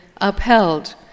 upheld